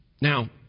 Now